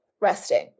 resting